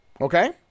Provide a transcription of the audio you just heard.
Okay